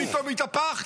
פתאום התהפכת?